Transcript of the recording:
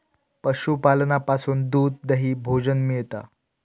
पशूपालनासून दूध, दही, भोजन मिळता